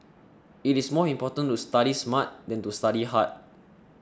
it is more important to study smart than to study hard